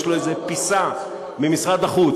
יש לו איזו פיסה ממשרד החוץ,